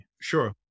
Sure